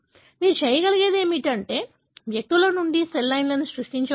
మీరు చేయగలిగేది ఏమిటంటే వ్యక్తుల నుండి సెల్ లైన్లను సృష్టించవచ్చు